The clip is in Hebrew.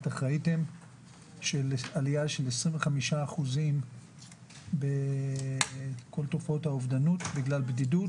לגבי עלייה של 25 אחוזים בכל תופעות האובדנות בגלל בדידות.